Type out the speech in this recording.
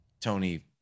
Tony